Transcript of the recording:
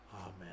Amen